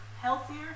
healthier